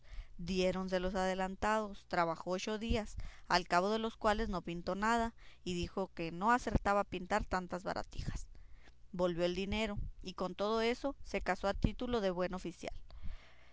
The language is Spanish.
dos ducados diéronselos adelantados trabajó ocho días al cabo de los cuales no pintó nada y dijo que no acertaba a pintar tantas baratijas volvió el dinero y con todo eso se casó a título de buen oficial